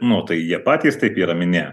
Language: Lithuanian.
nu tai jie patys taip yra minėję